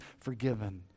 forgiven